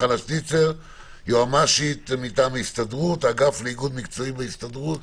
יועצת משפטית באגף לאיגוד מקצועי בהסתדרות.